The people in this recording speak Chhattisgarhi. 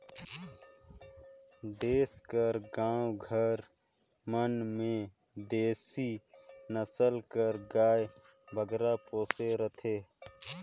देस कर गाँव घर मन में देसी नसल कर गाय बगरा पोसे रहथें